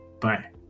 Bye